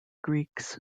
greeks